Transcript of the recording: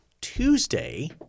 Tuesday